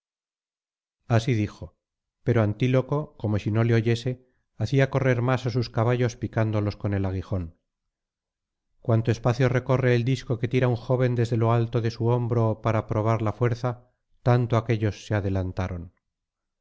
así dijo pero antíloco como si no le oyese hacía correr más á sus caballos picándolos con el aguijón cuanto espacio recorre el disco que tira un joven desde lo alto de su hombro para probar la fuerza tanto aquéllos se adelantaron